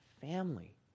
family